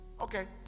Okay